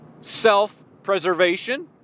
self-preservation